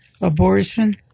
abortion